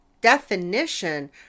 definition